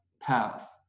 path